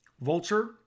Vulture